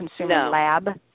consumerlab